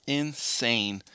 insane